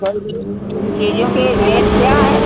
तो ये इन चीजों के रेट क्या हैं